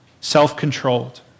Self-controlled